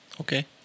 Okay